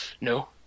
No